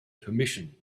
permission